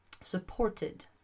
supported